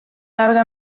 larga